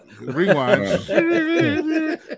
Rewind